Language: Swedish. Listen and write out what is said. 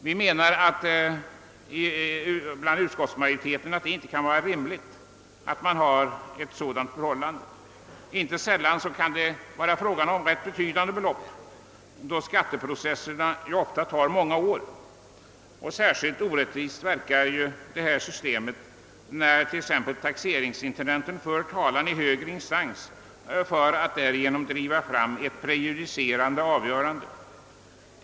Vi menar inom utskottsmajoriteten att det inte kan vara rimligt med ett sådant förhållande. Inte sällan kan det vara fråga om rätt betydande belopp, då skatteprocesserna ofta tar många år. Särskilt orättvist verkar detta system när t.ex. taxeringsintendenten för talan i högre instans för att därigenom driva fram ett prejudicerande avgörande.